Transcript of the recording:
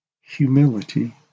humility